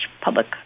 public